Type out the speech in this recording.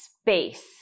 space